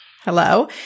Hello